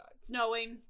snowing